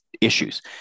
issues